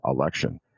election